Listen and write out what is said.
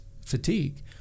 fatigue